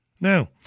Now